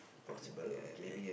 possible okay